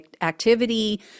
activity